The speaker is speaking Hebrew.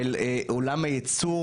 של עולם הייצור,